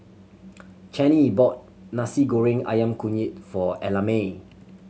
Channie bought Nasi Goreng Ayam Kunyit for Ellamae